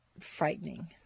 frightening